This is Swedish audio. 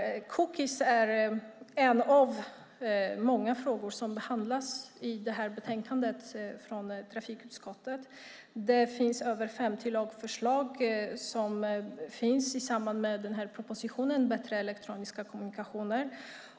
Frågan om cookies är en av många frågor som behandlas i betänkandet från trafikutskottet. Det finns över 50 lagförslag i anslutning till propositionen Bättre regler för elektroniska kommunikationer .